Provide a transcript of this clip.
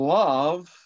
love